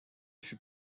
fut